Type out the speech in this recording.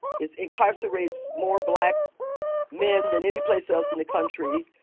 it incarcerates more black men than any place else in the country.